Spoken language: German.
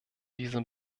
diesem